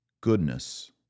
goodness